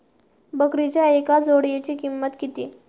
बकरीच्या एका जोडयेची किंमत किती?